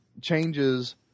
changes